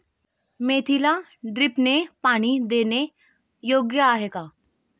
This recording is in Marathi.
मेथीला ड्रिपने पाणी देणे योग्य आहे का?